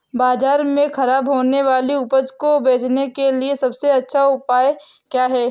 बाज़ार में खराब होने वाली उपज को बेचने के लिए सबसे अच्छा उपाय क्या हैं?